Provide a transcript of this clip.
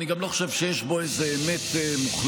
אני גם לא חושב שיש בו איזו אמת מוחלטת,